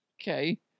Okay